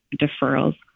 deferrals